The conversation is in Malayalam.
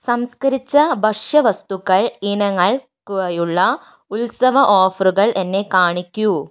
സംസ്കരിച്ച ഭക്ഷ്യ വസ്തുക്കൾ ഇനങ്ങൾക്കായുള്ള ഉത്സവ ഓഫറുകൾ എന്നെ കാണിക്കൂ